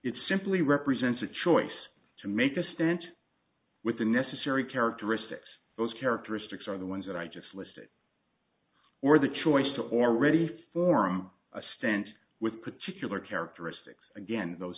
it simply represents a choice to make a stent with the necessary characteristics those characteristics are the ones that i just listed or the choice to or ready for him a stent with particular characteristics again those